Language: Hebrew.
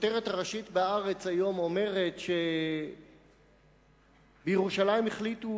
הכותרת הראשית ב"הארץ" היום אומרת שבירושלים החליטו